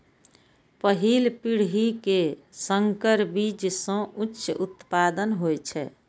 पहिल पीढ़ी के संकर बीज सं उच्च उत्पादन होइ छै